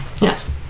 Yes